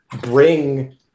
bring